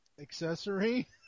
accessory